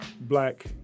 black